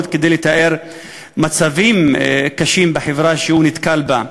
כדי לתאר מצבים קשים בחברה שהוא נתקל בהם,